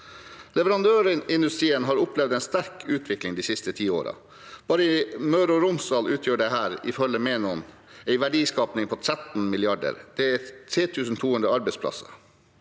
Leverandørindustrien har opplevd en sterk utvikling de siste ti årene. Bare i Møre og Romsdal utgjør det, ifølge Menon, en verdiskaping på 13 mrd. kr. Det er 3 200 arbeidsplasser.